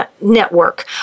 network